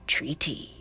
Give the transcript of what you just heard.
Treaty